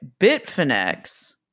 Bitfinex